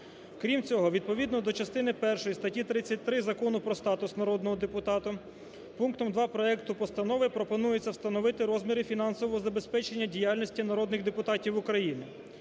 Крім цього, відповідно до частини першої статті 33 Закону про статус народно депутата, пунктом два проекту постанови пропонується встановити розміри фінансового забезпечення діяльності народних депутатів.